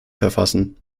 verfassen